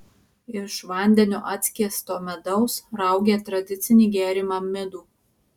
iš vandeniu atskiesto medaus raugė tradicinį gėrimą midų